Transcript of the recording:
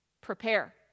Prepare